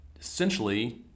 essentially